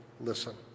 listen